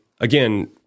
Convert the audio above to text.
again